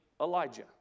Elijah